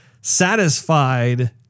satisfied